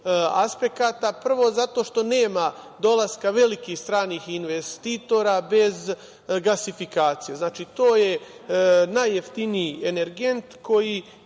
aspekata. Prvo, zato što nema dolaska velikih stranih investitora bez gasifikacije. Znači, to je najjeftiniji energent koji